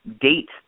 date